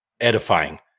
edifying